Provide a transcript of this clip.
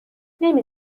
نمی